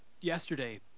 yesterday